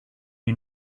you